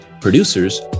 producers